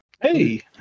Hey